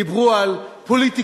דיברו על פוליטיקה,